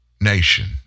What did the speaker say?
nation